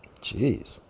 Jeez